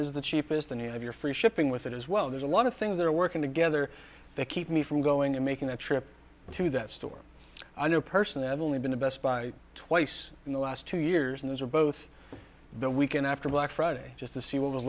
is the cheapest and you have your free shipping with it as well there's a lot of things that are working together to keep me from going and making a trip to that store i know personally i've only been to best buy twice in the last two years and those are both the weekend after black friday just to see what was